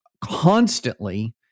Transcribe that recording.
constantly